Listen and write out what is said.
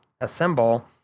assemble